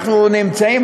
אנחנו נמצאים,